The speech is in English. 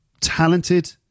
talented